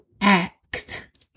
act